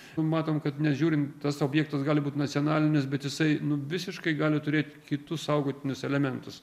matom kad nežiūrint tas objektas gali būt nacionalinis bet jisai nu visiškai gali turėt kitus saugotinus elementus